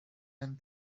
and